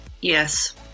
Yes